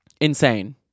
insane